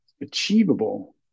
achievable